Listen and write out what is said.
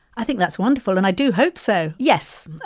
i think that's wonderful, and i do hope so. yes.